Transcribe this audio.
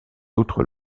autres